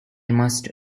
must